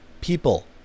people